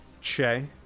Che